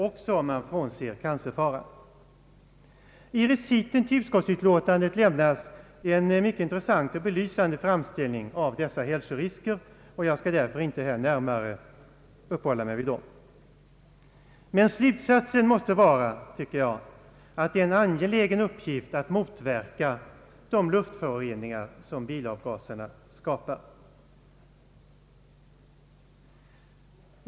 I reciten till utskottsutlåtandet lämnas en mycket intressant och belysande framställning beträffande dessa hälsorisker, och jag skall därför inte här uppehålla mig vid dem. Men jag anser att slutsatsen bör vara, att det är en angelägen uppgift att motverka de luftföroreningar som bilavgaserna skapar.